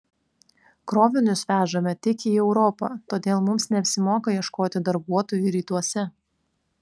krovinius vežame tik į europą todėl mums neapsimoka ieškoti darbuotojų rytuose